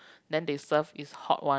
then they served is hot one